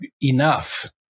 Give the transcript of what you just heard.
enough